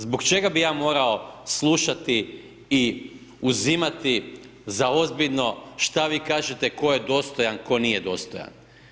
Zbog čega bi ja morao slušati i uzimati zaozbiljno šta vi kažete tko je dostojan, tko nije dostojan?